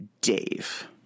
Dave